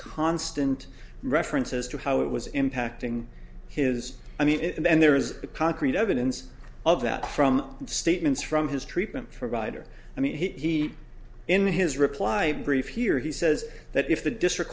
constant references to how it was impacting his i mean it and there is a concrete evidence of that from statements from his treatment provider i mean he in his reply brief here he says that if the district